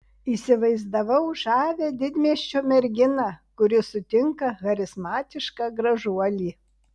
įsivaizdavau žavią didmiesčio merginą kuri sutinka charizmatišką gražuolį